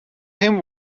him